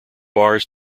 bars